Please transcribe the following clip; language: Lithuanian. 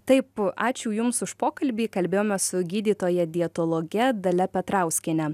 taip ačiū jums už pokalbį kalbėjomės su gydytoja dietologe dalia petrauskiene